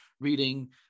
reading